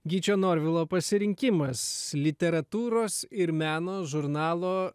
gyčio norvilo pasirinkimas literatūros ir meno žurnalo